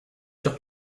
sur